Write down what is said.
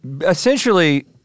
essentially